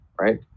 Right